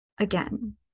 Again